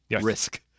risk